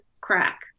crack